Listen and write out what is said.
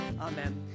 Amen